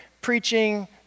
preaching